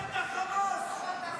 --- נגד חמאס.